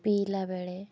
ପିଇବା ବେଳେ